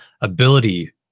ability